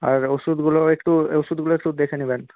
আর ওষুধগুলো একটু ওষুধগুলো একটু দেখে নেবেন